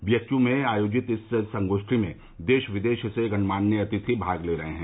BHU में आयोजित इस संगोष्ठी में देश विदेश से गणमान्य अतिथि भाग ले रहे हैं